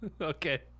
okay